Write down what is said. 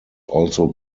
also